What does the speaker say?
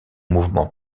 mouvement